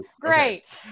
Great